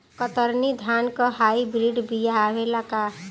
कतरनी धान क hybrid बिया आवेला का?